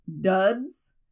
duds